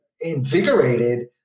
invigorated